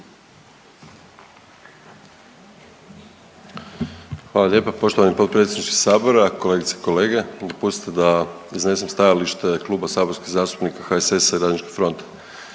Hvala lijepa poštovani potpredsjedniče sabora, kolegice i kolege. Dopustite da iznesem stajalište Kluba saborskih zastupnika HSS-a i RF-a, no